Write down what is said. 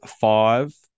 five